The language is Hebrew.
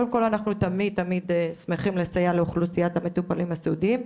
קודם כל אנחנו תמיד תמיד שמחים לסייע לאוכלוסיית המטופלים הסיעודיים,